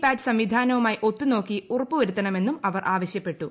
പാറ്റ് സംവിധാനവുമായി ഒത്തുനോക്കി ഉറപ്പുവരുത്തണമെന്നും അവർ ആവശ്യപ്പെട്ടു